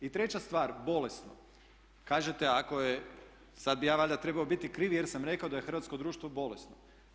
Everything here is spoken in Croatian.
I treća stvar, bolesno, kažete ako je, sada bih ja valjda trebao biti kriv jer sam rekao da je hrvatsko društvo bolesno.